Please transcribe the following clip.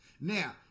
Now